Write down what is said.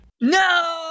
No